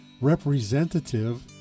representative